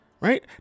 Right